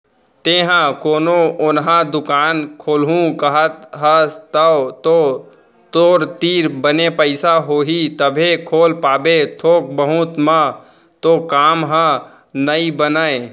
तेंहा कोनो ओन्हा दुकान खोलहूँ कहत हस तव तो तोर तीर बने पइसा होही तभे खोल पाबे थोक बहुत म तो काम ह नइ बनय